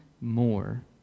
more